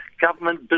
Government